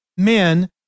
Men